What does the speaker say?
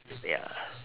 ya